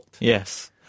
Yes